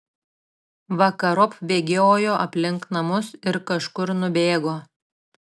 vakarop bėgiojo aplink namus ir kažkur nubėgo